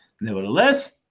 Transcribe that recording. Nevertheless